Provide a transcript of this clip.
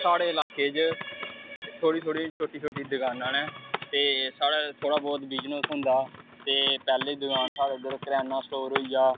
साढ़े इलाके च थोह्ड़ी थोह्ड़ी छोटी छोटी दकानां न ते साढ़ा थोह्ड़ा बहुत बिजनेस होंदा ते पैह्ली दकान साढ़े उद्धर करेआना स्टोर होई गेआ